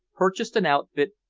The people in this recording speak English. purchased an outfit,